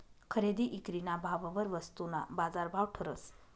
खरेदी ईक्रीना भाववर वस्तूना बाजारभाव ठरस